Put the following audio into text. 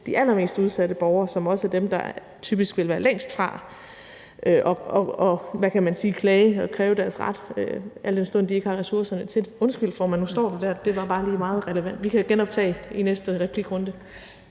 de allermest udsatte borgere, som også er dem, der typisk vil være længst fra at klage og kræve deres ret, al den stund de ikke har ressourcerne til det. Undskyld, formand; nu står du der. Det var bare lige meget relevant. Vi kan genoptage i næste replikrunde.